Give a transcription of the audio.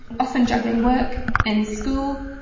often juggling work and school,